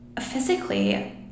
physically